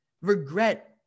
regret